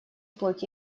плоти